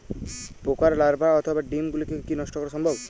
পোকার লার্ভা অথবা ডিম গুলিকে কী নষ্ট করা সম্ভব?